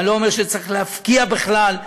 ואני לא אומר שצריך להפקיע בכלל.